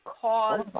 cause